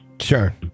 Sure